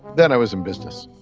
then i was in business.